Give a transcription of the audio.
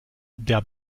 der